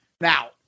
Now